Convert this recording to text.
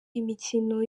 imikino